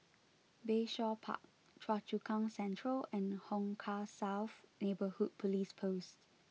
Bayshore Park Choa Chu Kang Central and Hong Kah South Neighbourhood Police Post